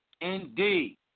Indeed